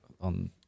on